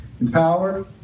empowered